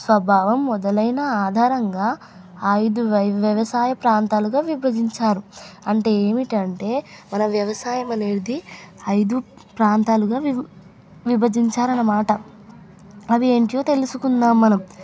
స్వభావం మొదలైన ఆధారంగా ఐదు వై వ్యవసాయ ప్రాంతాలుగా విభజించారు అంటే ఏమిటంటే మన వ్యవసాయం అనేది ఐదు ప్రాంతాలుగా విభ విభజించారన్నమాట అవి ఏంటో తెలుసుకుందాం మనం